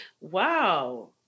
wow